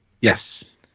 Yes